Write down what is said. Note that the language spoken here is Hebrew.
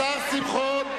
השר שמחון,